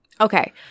Okay